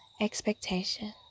expectation